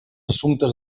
assumptes